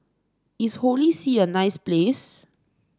is Holy See a nice place